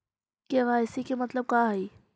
KYC के मतलब का हई?